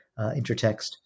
intertext